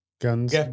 guns